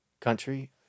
country